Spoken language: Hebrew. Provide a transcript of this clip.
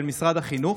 של משרד החינוך,